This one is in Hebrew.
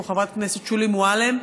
כמו חברת הכנסת שולי מועלם,